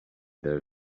their